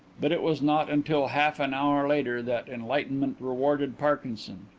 but it was not until half-an-hour later that enlightenment rewarded parkinson.